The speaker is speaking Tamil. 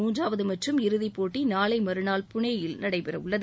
மூன்றாவது மற்றும் இறுதி போட்டி நாளை மறுநாள் புனேயில் நடைபெற உள்ளது